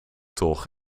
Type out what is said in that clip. toch